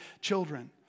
children